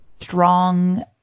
strong